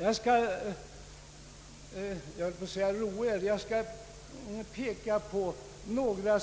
Jag skall — jag höll på att säga roa er med — men jag säger bara peka på några